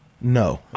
No